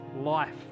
life